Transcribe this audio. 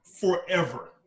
forever